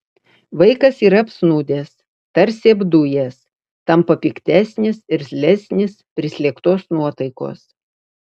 vaikas yra apsnūdęs tarsi apdujęs tampa piktesnis irzlesnis prislėgtos nuotaikos